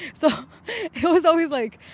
so it was always like,